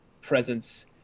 presence